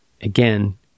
again